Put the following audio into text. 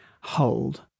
hold